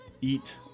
eat